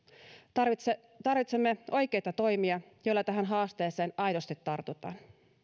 tarvitsemme tarvitsemme oikeita toimia joilla tähän haasteeseen aidosti tartutaan